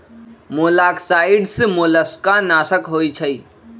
मोलॉक्साइड्स मोलस्का नाशक होइ छइ